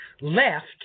left